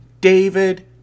David